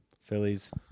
Phillies